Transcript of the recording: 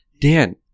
Dan